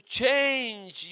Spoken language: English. change